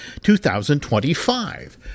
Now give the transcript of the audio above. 2025